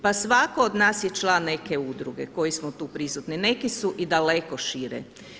Pa svatko od nas je član neke udruge koji smo tu prisutni, neki su i daleko šire.